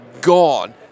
gone